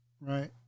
right